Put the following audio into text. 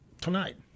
Tonight